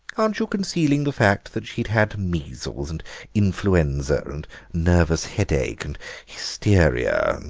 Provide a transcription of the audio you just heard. aren't you concealing the fact that she'd had measles and influenza and nervous headache and hysteria,